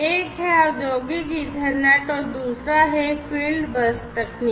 एक है औद्योगिक ईथरनेट और दूसरा है फ़ील्ड बस तकनीक